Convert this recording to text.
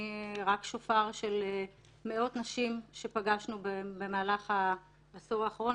אני רק שופר של מאות נשים שפגשנו במהלך העשור האחרון.